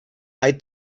hay